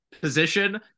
position